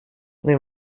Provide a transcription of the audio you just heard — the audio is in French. les